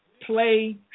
play